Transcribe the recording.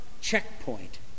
checkpoint